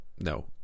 no